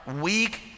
weak